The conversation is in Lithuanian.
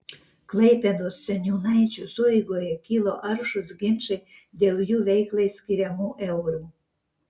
klaipėdos seniūnaičių sueigoje kilo aršūs ginčai dėl jų veiklai skiriamų eurų